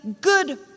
good